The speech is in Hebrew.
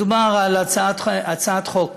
מדובר על הצעת חוק